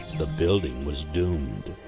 the building was doomed.